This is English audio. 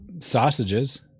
Sausages